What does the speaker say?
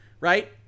right